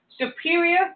superior